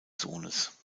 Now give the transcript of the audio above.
sohnes